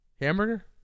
Hamburger